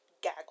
gag